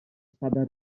spada